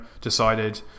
decided